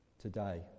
today